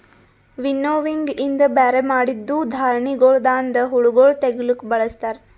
winnowing ಇಂದ ಬ್ಯಾರೆ ಮಾಡಿದ್ದೂ ಧಾಣಿಗೊಳದಾಂದ ಹುಳಗೊಳ್ ತೆಗಿಲುಕ್ ಬಳಸ್ತಾರ್